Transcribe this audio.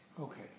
Okay